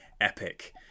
epic